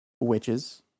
Witches